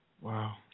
Wow